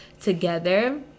together